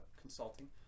consulting